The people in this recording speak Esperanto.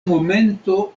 momento